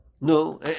no